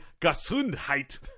Gesundheit